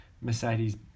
mercedes